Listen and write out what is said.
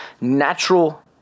natural